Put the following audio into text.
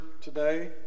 today